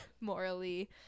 morally